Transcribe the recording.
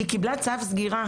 היא קיבלה צו סגירה,